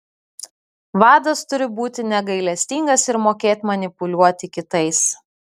vadas turi būti negailestingas ir mokėt manipuliuoti kitais